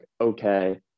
okay